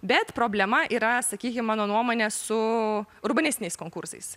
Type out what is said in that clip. bet problema yra sakykim mano nuomone su urbanistiniais konkursais